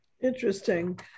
Interesting